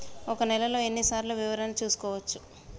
ఒక నెలలో ఎన్ని సార్లు వివరణ చూసుకోవచ్చు?